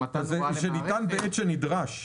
שניתן בעת שנדרש.